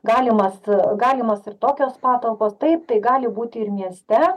galimas galimas ir tokios patalpos taip tai gali būti ir mieste